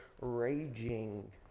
raging